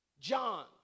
John